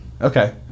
Okay